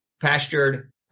pastured